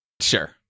Sure